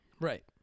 Right